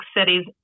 cities